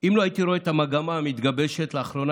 אם לא הייתי רואה את המגמה המתגבשת לאחרונה,